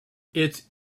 its